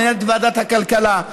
מנהלת ועדת הכלכלה,